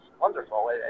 wonderful